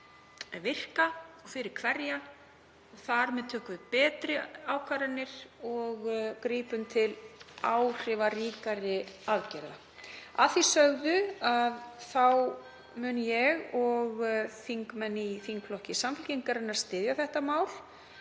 virka og fyrir hverja. Þar með tökum við betri ákvarðanir og grípum til áhrifaríkari aðgerða. Að því sögðu mun ég og þingmenn í þingflokki Samfylkingarinnar styðja þetta mál,